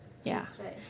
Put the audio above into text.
yeah